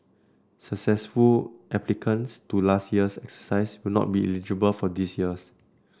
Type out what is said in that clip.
successful applicants to last year's exercise will not be eligible for this year's